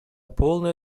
полное